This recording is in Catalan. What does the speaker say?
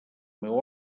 meu